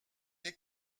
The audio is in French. les